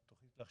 מחוז חרדי,